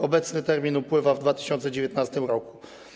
Obecny termin upływa w 2019 r.